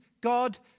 God